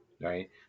right